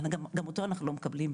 גם אותו אנחנו לא מקבלים.